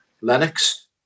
Lennox